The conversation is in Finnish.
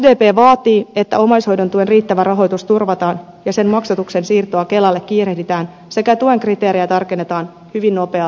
sdp vaatii että omaishoidon tuen riittävä rahoitus turvataan ja sen maksatuksen siirtoa kelalle kiirehditään sekä tuen kriteerejä tarkennetaan hyvin nopealla aikavälillä